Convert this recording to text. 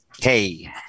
Hey